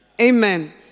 Amen